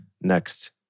next